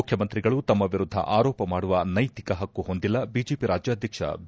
ಮುಖ್ಯಮಂತ್ರಿಗಳು ತಮ್ಮ ವಿರುದ್ದ ಆರೋಪ ಮಾಡುವ ನೈತಿಕ ಪಕ್ಕು ಹೊಂದಿಲ್ಲ ಬಿಜೆಪಿ ರಾಜ್ಯಾಧ್ವಕ್ಷ ಬಿ